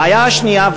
הבעיה השנייה,